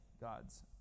God's